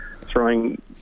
throwing